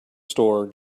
store